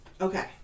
Okay